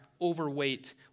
overweight